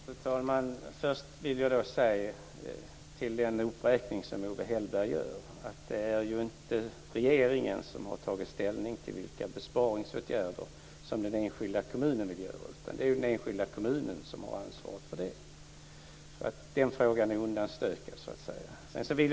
Fru talman! Jag vill först göra en kommentar till den uppräkning som Owe Hellberg gör. Det är inte regeringen som har tagit ställning till vilka besparingsåtgärder som den enskilda kommunen vill göra, utan det är den enskilda kommunen som har ansvaret för det. Den frågan är därmed undanstökad.